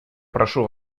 прошу